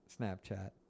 Snapchat